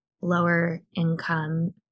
lower-income